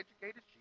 educated